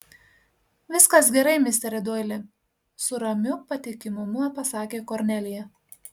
viskas gerai misteri doili su ramiu patikimumu pasakė kornelija